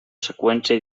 seqüència